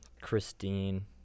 Christine